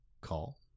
call